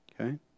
Okay